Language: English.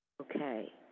Okay